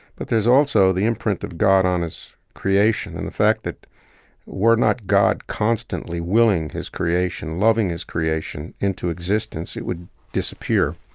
but there's also the imprint of god on his creation. and the fact that were not god constantly willing his creation, loving his creation into existence, it would disappear.